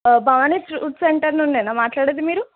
Bhavani fruit centre నుండేనా మాట్లాడేది మీరు